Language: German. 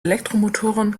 elektromotoren